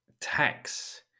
tax